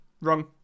Wrong